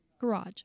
garage